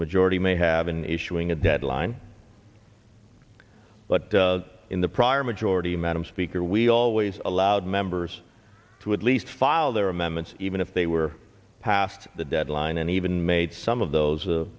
majority may have been issuing a deadline but in the prior majority madam speaker we always allowed members to at least file their amendments even if they were past the deadline and even made some of those